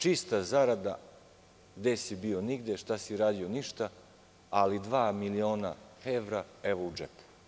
Čista zarada – gde si bio – nigde, šta si radio – ništa, ali dva miliona evra u džepu.